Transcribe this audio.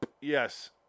yes